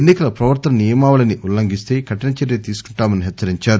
ఎన్నికల ప్రవర్తనల నియమావళిని ఉల్లంఘిస్తే కఠినచర్య తీసుకుంటామని హెచ్చరించారు